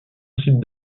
possible